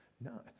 No